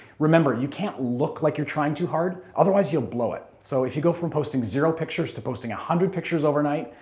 remember, you can't look like you're trying too hard, otherwise you'll blow it. so if you go from posting zero pictures to posting one hundred pictures overnight,